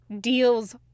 Deals